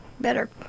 better